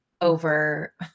over